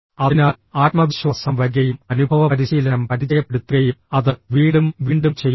അതിനാൽ ആത്മവിശ്വാസം വരികയും അനുഭവപരിശീലനം പരിചയപ്പെടുത്തുകയും അത് വീണ്ടും വീണ്ടും ചെയ്യുക